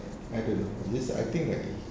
I don't know I just I think like he